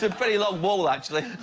and pretty long wall actually.